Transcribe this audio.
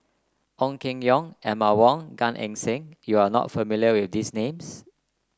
Ong Keng Yong Emma Wong Gan Eng Seng you are not familiar with these names